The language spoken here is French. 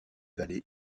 vallée